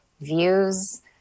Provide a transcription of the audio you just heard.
views